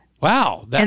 Wow